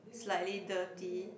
slightly dirty